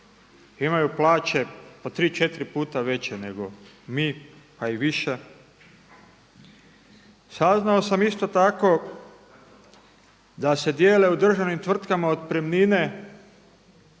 imaju plaće po tri, četiri puta veće nego mi pa i viša. Saznao sam isto tako da se dijele u državnim tvrtkama otpremnine